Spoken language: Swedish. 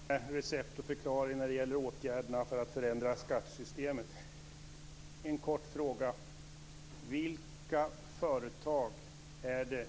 Fru talman! Monica Green har inga recept eller förklaringar när det gäller åtgärderna för att förändra skattesystemet. Jag har en kort fråga. Vilka företag menade Monica Green